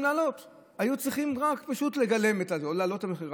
לעלות אלא הם פשוט היו צריכים רק לגלם או להעלות את המחיר.